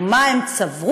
מה הם צברו,